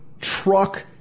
truck